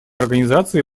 организации